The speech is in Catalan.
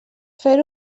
fer